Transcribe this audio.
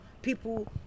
People